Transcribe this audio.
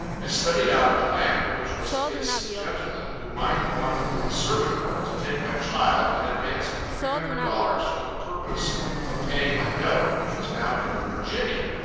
i studied out a plan which was to get some gentleman who might want a little servant girl, to take my child, and advance me three hundred dollars for the purpose of paying my note, which was now due in virginia.